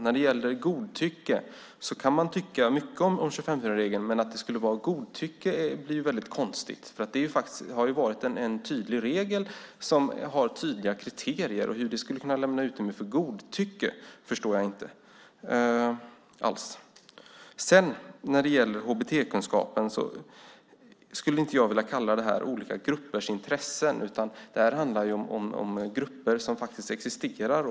När det gäller godtycke kan man tycka mycket om 25:4-regeln men att det skulle vara godtycke blir väldigt konstigt. Det har varit en tydlig regel som har tydliga kriterier. Hur det skulle kunna lämna utrymme för godtycke förstår jag inte alls. När det gäller HBT-kunskapen skulle inte jag vilja kalla det olika gruppers intressen. Det handlar om grupper som faktiskt existerar.